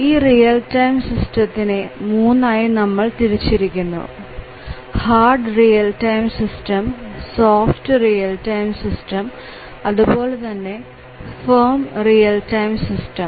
ഈ real time സിസ്റ്റത്തിനേ മൂന്നായി നമ്മൾ തിരിച്ചിരിക്കുന്നു അതായത് hard real time system soft real time system Real Time System Soft Real Time System അതുപോലെതന്നെ ഫേർമ് റിയൽ ടൈം സിസ്റ്റം